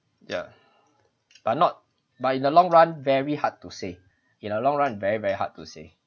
ya but not but in the long run very hard to say in a long run very very hard to say